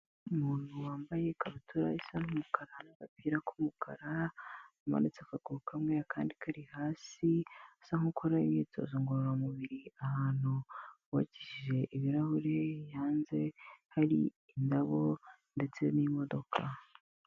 Umuntu wambaye ikabutura isa n'umukaraka n'agapiura k'umukara, wamanitse akaguru kamwe akandi kari hasi, asa nk'ukora imyitozo ngororamubiri, ahantu hubakishije ibirahuri hanze hari indabo ndetse n'imodoka.